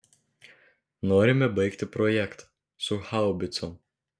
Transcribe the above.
norime baigti projektą su haubicom